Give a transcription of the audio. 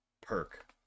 perk